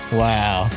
wow